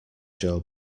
joe